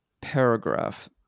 paragraph